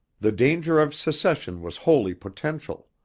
the danger of secession was wholly potential.